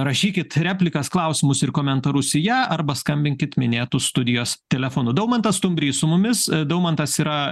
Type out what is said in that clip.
rašykit replikas klausimus ir komentarus į ją arba skambinkit minėtu studijos telefonu daumantas stumbrys su mumis daumantas yra